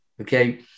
Okay